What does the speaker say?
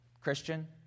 Christian